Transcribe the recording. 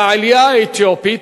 והעלייה האתיופית,